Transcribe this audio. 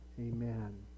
amen